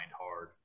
hard